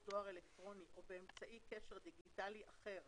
דואר אלקטרוני או באמצעי קשר דיגיטלי אחר